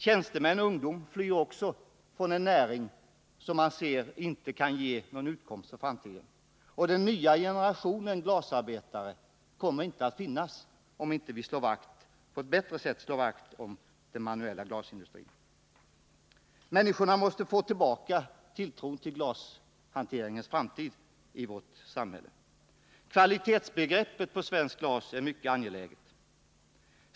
Tjänstemän och ungdom flyr också från en näring som inte kan ge någon utkomst för framtiden, och någon ny generation glasarbetare kommer inte att finnas, om vi inte på ett bättre sätt slår vakt om den manuella glasindustrin. Människorna måste få tillbaka tron på glashanteringens framtid i vårt samhälle. Kvalitetsbegreppet när det gäller svenskt glas är mycket angeläget.